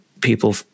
people